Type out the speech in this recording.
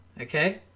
Okay